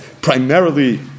primarily